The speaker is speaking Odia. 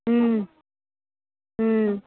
ହୁଁ ହୁଁ